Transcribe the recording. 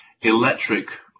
electric